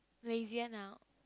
lazier now